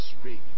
speak